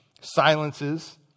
silences